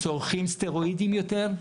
צורכים סטרואידים יותר,